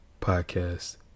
podcast